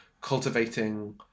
cultivating